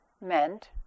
meant